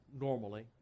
normally